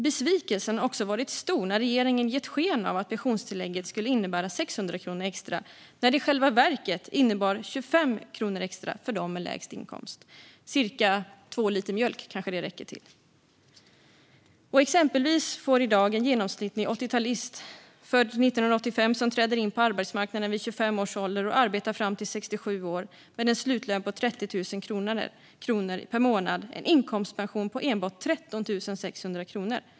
Besvikelsen har också varit stor när regeringen gett sken av att pensionstillägget skulle innebära 600 kronor extra när det i själva verket innebär 25 kronor extra för dem med lägst inkomst - det kanske räcker till cirka två liter mjölk. Exempelvis får i dag en genomsnittlig 80-talist, född 1985, som trädde in på arbetsmarknaden vid 25 års ålder och som arbetar fram till 67 års ålder med en slutlön på 30 000 kronor per månad en inkomstpension på enbart 13 600 kronor.